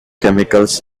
chemicals